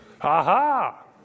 Aha